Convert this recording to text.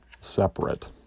separate